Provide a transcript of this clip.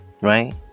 right